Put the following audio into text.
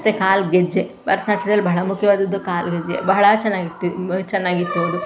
ಮತ್ತು ಕಾಲುಗೆಜ್ಜೆ ಭರತನಾಟ್ಯದಲ್ ಬಹಳ ಮುಖ್ಯವಾದದ್ದು ಕಾಲುಗೆಜ್ಜೆ ಬಹಳ ಚೆನ್ನಾಗಿರ್ತಿ ಚೆನ್ನಾಗಿತ್ತು ಅದು